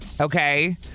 Okay